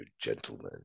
gentlemen